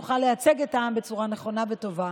נוכל לייצג את העם בצורה נכונה וטובה,